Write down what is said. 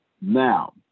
Now